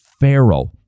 pharaoh